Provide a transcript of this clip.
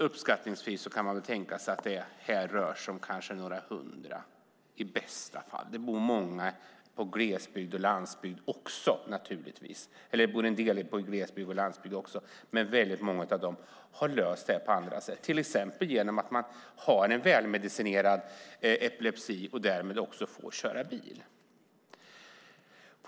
Uppskattningsvis kan det röra sig om några hundra, i bästa fall, som berörs av det min interpellation gäller. Det bor en del i glesbygd och landsbygd också, men väldigt många av dem har löst det här på annat sätt, till exempel de som har en välmedicinerad epilepsi och därmed också får köra bil.